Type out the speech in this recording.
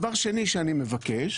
דבר שני שאני מבקש,